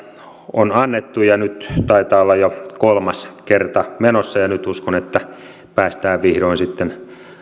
on annettu ja nyt taitaa olla jo kolmas kerta menossa ja nyt uskon että päästään vihdoin sitten